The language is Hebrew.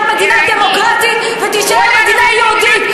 מדינה דמוקרטית ותישאר מדינה יהודית.